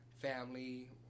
family